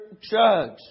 judge